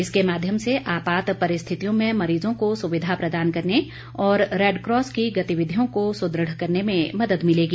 इसके माध्यम से आपात परिस्थितियों में मरीजों को सुविधा प्रदान करने और रेडक्रॉस की गतिविधियों को सुदृढ करने में मदद मिलेगी